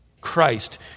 Christ